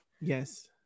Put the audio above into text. yes